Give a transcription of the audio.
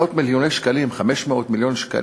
מאות מיליוני שקלים, 500 מיליון שקל.